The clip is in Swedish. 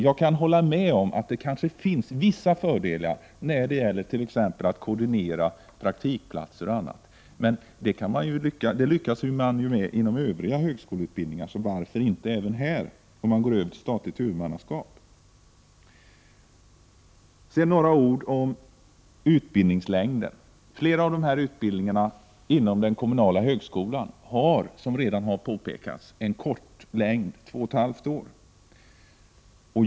Jag håller med om att det kanske finns vissa fördelar med kommunalt huvudmannaskap när det t.ex. gäller att koordinera praktikplatser och annat, men det lyckas man ju med inom övriga högskoleutbildningar när man går över till statligt huvudmannaskap, så varför inte här? Flera av utbildningarna inom den kommunala högskolan har, som redan har påpekats, en kort längd, två och ett halvt år.